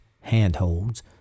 handholds